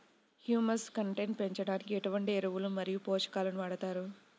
Humus content పెంచడానికి ఎటువంటి ఎరువులు మరియు పోషకాలను వాడతారు?